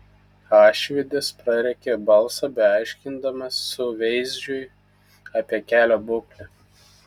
ašvydis prarėkė balsą beaiškindamas suveizdžiui apie kelio būklę